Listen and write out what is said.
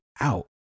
out